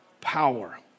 power